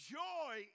joy